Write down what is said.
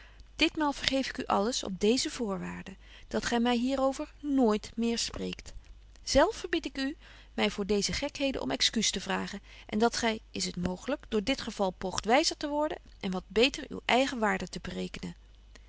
ditmaal vergeef ik u alles op deeze voorwaarden dat gy my hier over nooit meer spreekt zelf verbied ik u my voor deeze gekheden om excuus te vragen en dat gy is t mooglyk door dit geval poogt wyzer te worden en wat beter uwe eigen waarde te berekenen